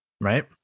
right